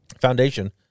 foundation